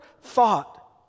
thought